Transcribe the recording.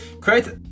create